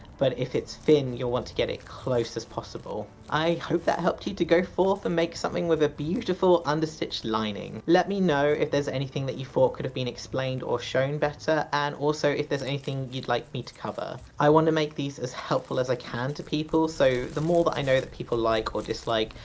but if it's thin, you'll want to get it close as possible. i hope that helped you to go forth and make something with a beautiful understitched lining! let me know if there's anything that you thought could have been explained or shown better and also if there's anything you'd like me to cover. i want to make these as helpful as i can to people, so the more that i know that people like or dislike,